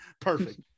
perfect